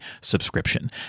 subscription